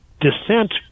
dissent